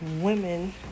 Women